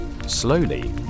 Slowly